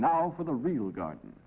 now for the real garden